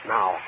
Now